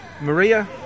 Maria